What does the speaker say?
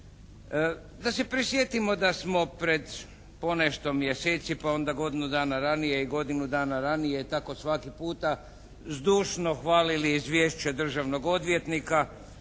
Da se prisjetimo da smo pred ponešto mjeseci pa onda godinu dana ranije i godinu dana ranije, i tako svaki puta zdušno hvalili izvješće državnog odvjetnika